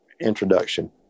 introduction